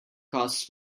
costs